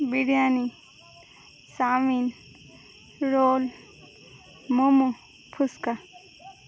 biryani chow mein roll momo fuchka